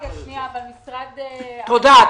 תודה.